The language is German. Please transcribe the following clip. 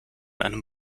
einem